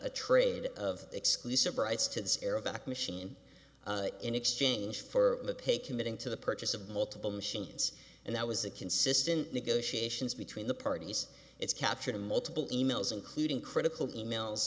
trade of exclusive rights to this era back machine in exchange for the pay committing to the purchase of multiple machines and that was a consistent negotiations between the parties it's captured in multiple e mails including critical e mails